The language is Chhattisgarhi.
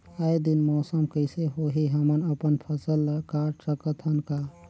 आय दिन मौसम कइसे होही, हमन अपन फसल ल काट सकत हन का?